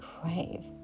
crave